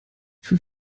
für